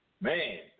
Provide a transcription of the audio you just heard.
Man